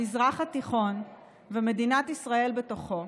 המזרח התיכון, ומדינת ישראל בתוכו,